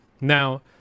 Now